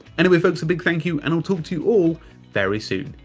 anyway folks, a big thank you and i'll talk to you all very soon.